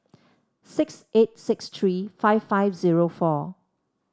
six eight six three five five zero four